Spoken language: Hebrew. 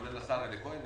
כולל השר אלי כהן,